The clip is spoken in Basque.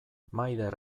maider